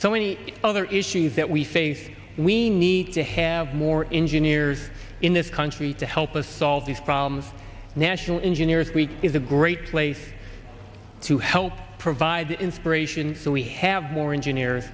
so many other issues that we face we need to have more engineers in this country to help us solve these problems national in juniors week is a great place to help provide inspiration that we have more engineer